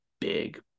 big